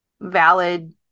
valid